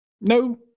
No